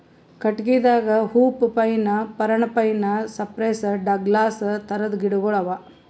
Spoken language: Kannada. ಕಟ್ಟಗಿದಾಗ ಹೂಪ್ ಪೈನ್, ಪರಣ ಪೈನ್, ಸೈಪ್ರೆಸ್, ಡಗ್ಲಾಸ್ ಥರದ್ ಗಿಡಗೋಳು ಅವಾ